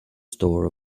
store